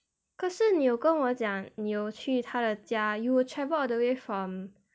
可是你有跟我讲你有去她的家 you will travel all the way from